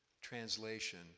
translation